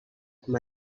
com